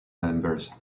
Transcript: members